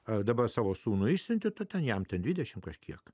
ar dabar savo sūnų išsiuntė tu ten jam tą dvidešimt kažkiek